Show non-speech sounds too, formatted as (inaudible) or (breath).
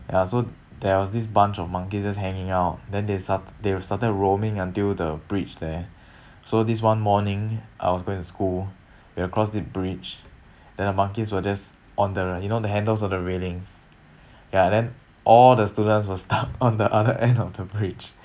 ya so there was this bunch of monkeys just hanging out then they start they were started roaming until the bridge there (breath) so this one morning I was going to school (breath) we across it bridge (breath) then the monkeys were just on the you know the handles of the railings (breath) ya then all the students were stuck (laughs) on the other end of the bridge